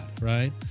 right